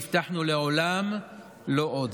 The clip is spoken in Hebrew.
הבטחנו: לעולם לא עוד.